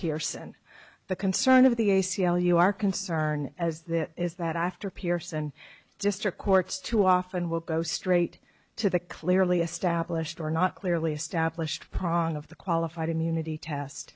and the concern of the a c l u are concerned as that is that after pierce and district courts too often will go straight to the clearly established or not clearly established prong of the qualified immunity test